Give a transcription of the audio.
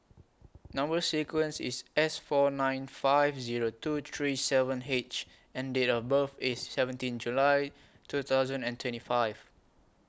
Number sequence IS S four nine five Zero two three seven H and Date of birth IS seventeen July two thousand and twenty five